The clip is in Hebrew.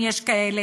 אם יש כאלה.